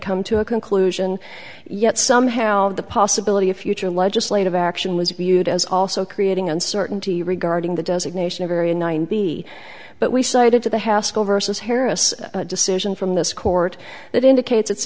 come to a conclusion yet somehow the possibility of future legislative action was viewed as also creating uncertainty regarding the designation of area nine b but we cited to the haskell versus harris decision from this court that indicates it's